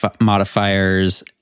modifiers